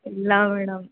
ಇಲ್ಲ ಮೇಡಮ್